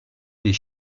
des